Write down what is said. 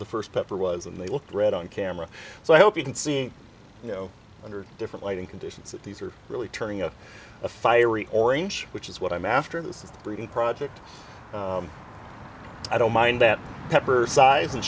the first pepper was and they looked red on camera so i hope you can see you know under different lighting conditions that these are really turning up a fiery orange which is what i'm after this is the breeding project i don't mind that pepper size